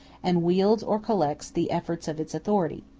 and wields or collects the efforts of its authority.